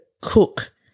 cook